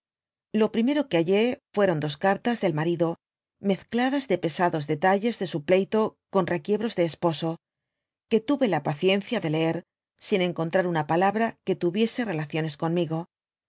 lo primero que halld fueron dos cartas del marido mezcladas de pesados detalles de su pley to con requiebros de esposo que tuve la paciencia de leer sin encontrar una palabra que tuviese relaciones conmigo